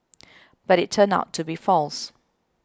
but it turned out to be false